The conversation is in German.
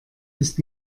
ist